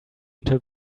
until